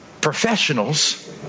professionals